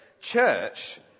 church